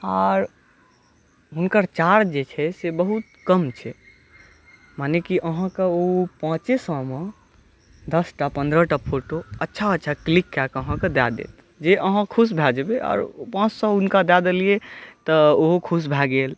आर हुनकर चार्ज जे छै बहुत कम छै माने कि अहाँके ओ पाँचे सए मे दस टा पन्द्रह टा फोटो अच्छा अच्छा क्लिक कऽ केँ अहाँके दऽ देत जे अहाँ खुश भऽ जेबै आओर पाँच सए हुनका दऽ देलियै तऽ ओहो खुश भऽ गेल